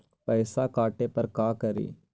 पैसा काटे पर का करि?